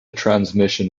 transmission